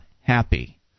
happy